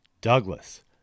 Douglas